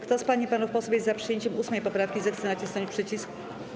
Kto z pań i panów posłów jest za przyjęciem 8. poprawki, zechce nacisnąć przycisk.